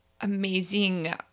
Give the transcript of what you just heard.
amazing